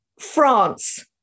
France